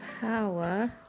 Power